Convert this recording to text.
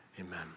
amen